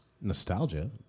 Nostalgia